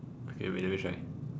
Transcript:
okay wait let me try